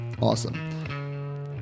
Awesome